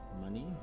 money